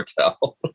hotel